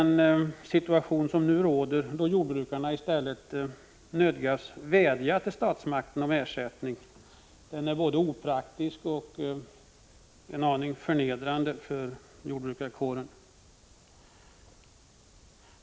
Nu nödgas jordbrukarna i stället vädja till statsmakterna om ersättning, och det är en både opraktisk och förnedrande situation för jordbrukarkåren.